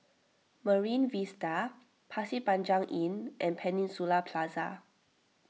Marine Vista Pasir Panjang Inn and Peninsula Plaza